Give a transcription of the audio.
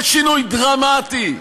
בשינוי דרמטי,